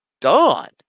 done